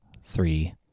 three